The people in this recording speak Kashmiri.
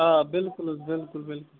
آ بِلکُل حظ بِلکُل بِلکُل